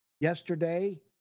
yesterday